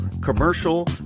commercial